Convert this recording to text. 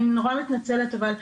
אני נורא מתנצלת אבל,